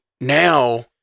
now